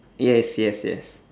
yes yes yes